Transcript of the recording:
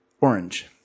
orange